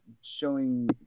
showing